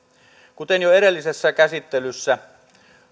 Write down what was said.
kuten jo edellisessä käsittelyssä